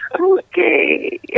Okay